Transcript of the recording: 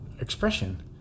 expression